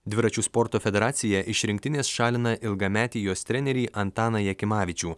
dviračių sporto federacija iš rinktinės šalina ilgametį jos trenerį antaną jakimavičių